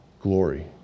glory